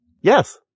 Yes